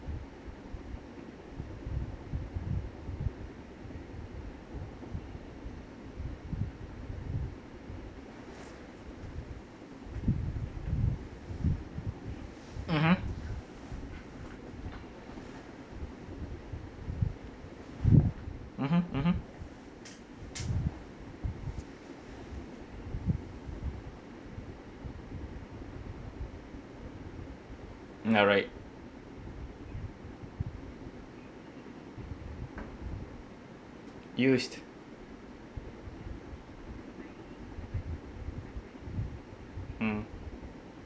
mmhmm mmhmm mmhmm ya right used mm